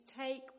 take